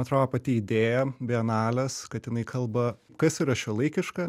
atrodo pati idėja bienalės kad jinai kalba kas yra šiuolaikiška